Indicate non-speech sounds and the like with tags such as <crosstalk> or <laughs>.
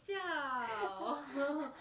siao <laughs>